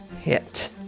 hit